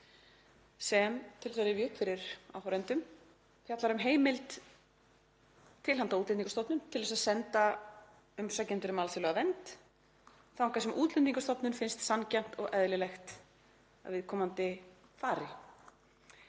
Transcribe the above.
sem, til þess að rifja upp fyrir áhorfendum, fjallar um heimild til handa Útlendingastofnun til þess að senda umsækjendur um alþjóðlega vernd þangað sem Útlendingastofnun finnst sanngjarnt og eðlilegt að viðkomandi fari.